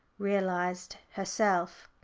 realised herself.